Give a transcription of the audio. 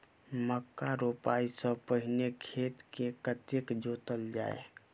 मक्का रोपाइ सँ पहिने खेत केँ कतेक जोतल जाए?